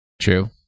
True